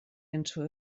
into